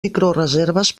microreserves